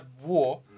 war